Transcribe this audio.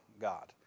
God